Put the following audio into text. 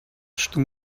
что